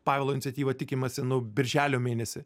pavelo iniciatyva tikimasi nu birželio mėnesį